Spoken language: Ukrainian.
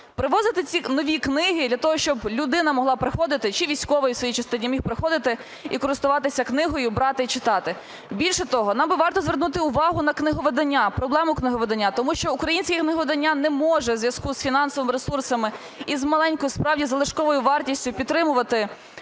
Привозити ці нові книги для того, щоб людина могла приходити, чи військовий у своїй частині міг приходити, і користуватися книгою, брати і читати. Більше того, нам би варто звернути увагу на книговидання, проблему книговидання. Тому що українське книговидання не може у зв'язку з фінансовими ресурсами і з маленькою, справді, залишковою вартістю підтримувати свій